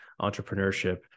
entrepreneurship